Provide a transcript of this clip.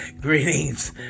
greetings